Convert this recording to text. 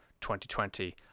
2020